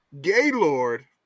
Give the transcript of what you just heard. Gaylord